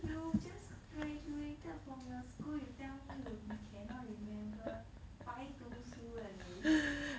you just graduated from your school you tell me you cannot remember 白读书 eh 你